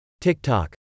TikTok